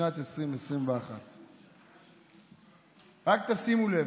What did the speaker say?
בשנת 2021. רק תשימו לב: